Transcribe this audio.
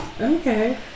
Okay